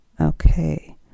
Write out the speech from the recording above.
Okay